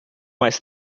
mais